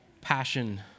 passion